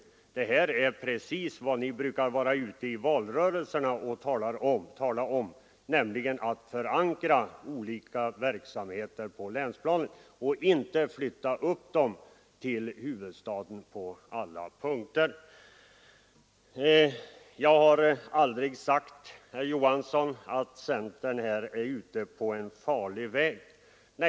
Men det här är precis vad ni brukar vara ute och tala om i valrörelserna, herr Johansson, nämligen att förankra olika verksamheter på länsplanet och inte i alla avseenden flytta upp dem till huvudstaden. Jag har aldrig sagt, herr Johansson, att centern i detta fall är inne på en farlig väg.